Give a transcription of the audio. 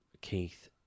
Keith